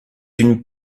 une